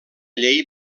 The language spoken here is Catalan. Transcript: llei